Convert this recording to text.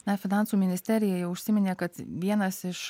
na finansų ministerija jau užsiminė kad vienas iš